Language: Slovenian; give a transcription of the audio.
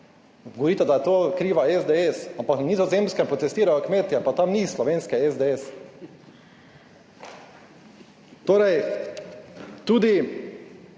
govorite, da je to kriva SDS, ampak na Nizozemskem protestirajo kmetje, pa tam ni slovenske SDS. Torej tudi